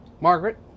Margaret